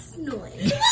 noise